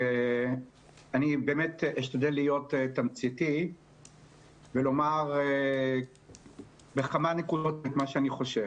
אני אשתדל להיות תמציתי ולומר בכמה נקודות את מה שאני חושב,